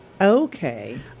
Okay